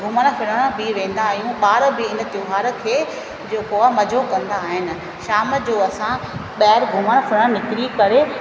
घुमण फिरण बि वेंदा आहियूं ॿार बि इन त्योहार खे जो ॿियो मज़ो कंदा आहिनि शाम जो असां ॿाहिरि निकिरी करे